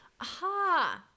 Aha